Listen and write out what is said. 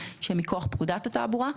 שמכוח פקודת התעבורה.